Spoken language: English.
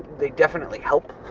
they definitely help